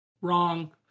Wrong